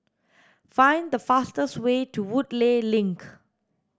find the fastest way to Woodleigh Link